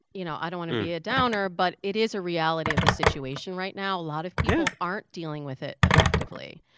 you know, i don't want to be a downer, but it is a reality of the situation right now. a lot of people aren't dealing with it effectively.